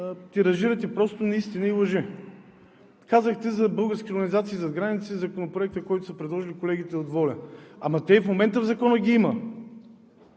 тиражирате неистини и лъжи. Казахте за български организации зад граница – законопроектът, който са предложили колегите от ВОЛЯ. Ама и в момента ги има